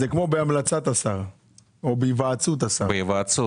זה כמו בהמלצת השר או בהיוועצות השר.